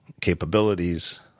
capabilities